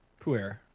Pu'er